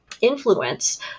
influence